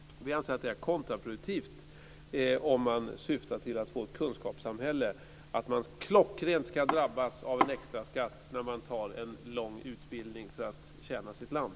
Vi anser att det är kontraproduktivt om man syftar till att få ett kunskapssamhälle att man klockrent ska drabbas av en extra skatt när man genomgår en lång utbildning för att tjäna sitt land.